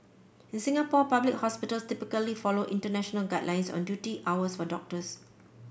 in Singapore public hospital typically follow international guidelines on duty hours for doctors